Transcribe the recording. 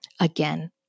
Again